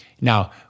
Now